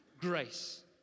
grace